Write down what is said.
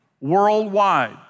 Worldwide